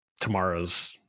tomorrow's